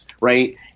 right